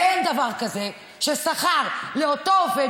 ואין דבר כזה שהשכר לאותו עובד,